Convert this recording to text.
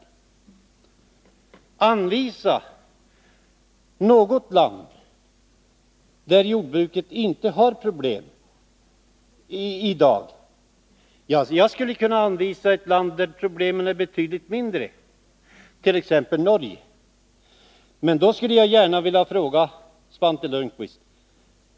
Påvisa något land där jordbruket inte har problem i dag! Jag kan visa på ett land där problemen är betydligt mindre, nämligen Norge.